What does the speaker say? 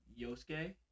Yosuke